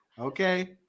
okay